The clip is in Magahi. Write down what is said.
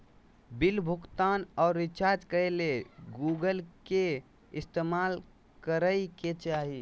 बिल भुगतान आर रिचार्ज करे ले गूगल पे के इस्तेमाल करय के चाही